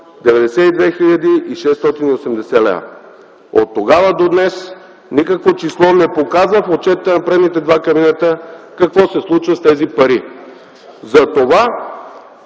680 лв.”. Оттогава до днес никакво число не показва в отчетите на предните два кабинета какво се случва с тези пари. Затова